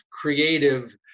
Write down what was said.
creative